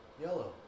Yellow